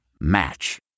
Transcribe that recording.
Match